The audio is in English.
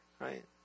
Right